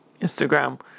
Instagram